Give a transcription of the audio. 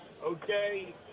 Okay